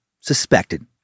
suspected